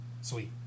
Sweet